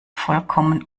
vollkommen